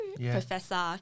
Professor